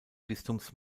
bistums